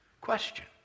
question